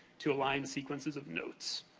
to align sequences of notes